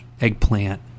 eggplant